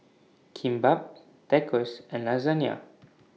Kimbap Tacos and Lasagna